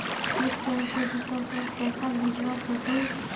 एक शहर से दूसरा शहर पैसा भेजवा सकोहो ही?